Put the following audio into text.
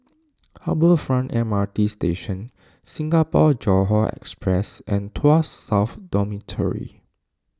Harbour Front M R T Station Singapore Johore Express and Tuas South Dormitory